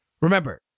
Remember